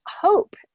hope